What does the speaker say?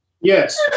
Yes